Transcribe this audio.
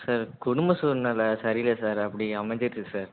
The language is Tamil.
சார் குடும்ப சூழ்நில சரியில்லை சார் அப்படி அமைஞ்சிருது சார்